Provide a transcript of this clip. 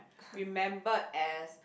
remembered as